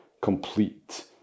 complete